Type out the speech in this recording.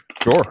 Sure